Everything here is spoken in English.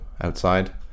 outside